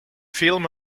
film